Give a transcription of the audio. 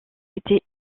étaient